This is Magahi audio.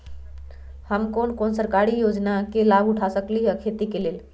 हम कोन कोन सरकारी योजना के लाभ उठा सकली ह खेती के लेल?